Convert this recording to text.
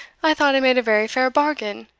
i thought i made a very fair bargain.